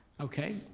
okay,